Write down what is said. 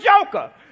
joker